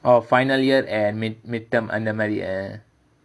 oh final year and midterm அந்த மாதிரி:andha maadhiri